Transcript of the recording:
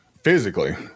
physically